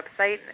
website